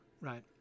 Right